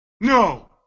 no